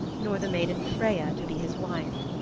nor the maiden freya to be his wife.